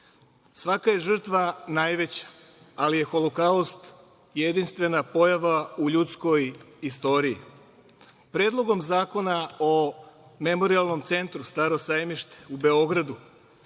Svaka je žrtva najveća, ali je holokaust jedinstvena pojava u ljudskoj istoriji. Predlogom zakona o Memorijalnom centru „Staro Sajmište“ u Beogradu,